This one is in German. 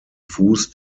fuß